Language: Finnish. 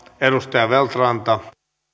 arvoisa